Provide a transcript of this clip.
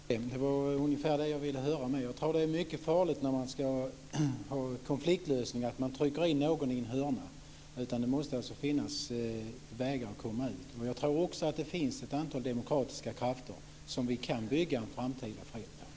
Fru talman! Tack för det. Det var ungefär det jag ville höra. Jag tror att det är mycket farligt när man skall ha konfliktlösning att man trycker in någon i ett hörn. Det måste alltså finnas vägar att komma ut. Jag tror också att det finns ett antal demokratiska krafter som vi kan bygga en framtida fred med.